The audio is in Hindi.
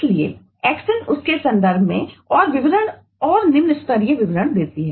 इसलिए एक्शन उस के संदर्भ में और विवरण और निम्न स्तरीय विवरण देती है